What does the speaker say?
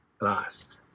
last